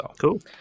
Cool